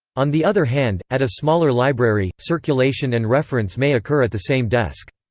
on the other hand, at a smaller library, circulation and reference may occur at the same desk.